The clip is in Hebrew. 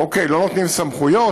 אוקיי, לא נותנים סמכויות,